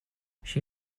she